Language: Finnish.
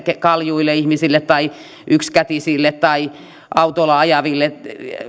kaljuille ihmisille tai yksikätisille tai autolla ajaville